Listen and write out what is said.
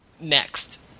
Next